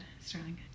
Sterling